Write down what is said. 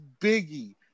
Biggie